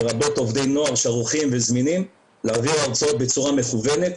לרבות עובדי נוער שערוכים וזמינים להעביר הרצאות בצורה מקוונת,